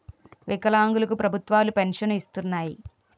వికలాంగులు కు ప్రభుత్వాలు పెన్షన్ను ఇస్తున్నాయి